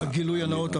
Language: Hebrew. בשל הגילוי נאות,